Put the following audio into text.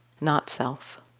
not-self